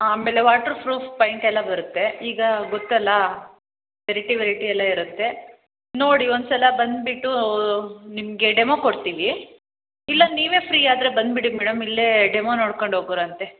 ಆಮೇಲೆ water proof paint ಎಲ್ಲ ಬರುತ್ತೆ ಈಗ ಗೊತ್ತಲ್ಲ ವೆರೈಟಿ ವೆರೈಟಿ ಎಲ್ಲ ಇರುತ್ತೆ ನೋಡಿ ಒಂದು ಸಲ ಬಂದ್ಬಿಟ್ಟೂ ನಿಮಗೆ ಡೆಮೋ ಕೊಡ್ತೀವಿ ಇಲ್ಲ ನೀವೆ ಫ್ರೀ ಆದರೆ ಬಂದ್ಬಿಡಿ ಮೇಡಮ್ ಇಲ್ಲೇ ಡೆಮೋ ನೋಡ್ಕೊಂಡು ಹೋಗುವ್ರಂತೆ